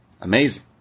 Amazing